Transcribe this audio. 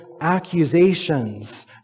accusations